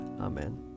Amen